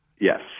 Yes